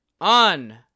on